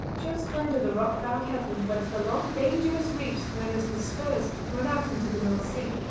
just under the rock-bound headland whence the long, dangerous reefs known as the spurs run out into the north sea.